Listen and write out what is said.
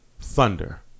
thunder